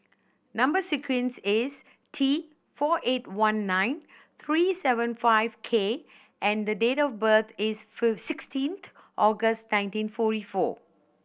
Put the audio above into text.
number sequence is T four eight one nine three seven five K and the date of birth is sixteenth August nineteen forty four